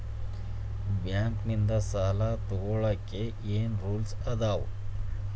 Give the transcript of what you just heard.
Bank ನಿಂದ್ ಸಾಲ ತೊಗೋಳಕ್ಕೆ ಏನ್ ರೂಲ್ಸ್ ಅದಾವ?